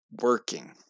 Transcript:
working